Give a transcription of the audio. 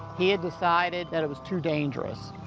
he had decided that it was too dangerous.